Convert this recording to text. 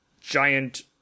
giant